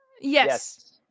Yes